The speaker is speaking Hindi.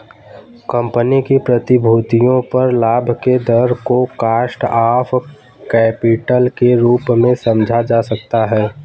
कंपनी की प्रतिभूतियों पर लाभ के दर को कॉस्ट ऑफ कैपिटल के रूप में समझा जा सकता है